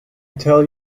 tell